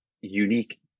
unique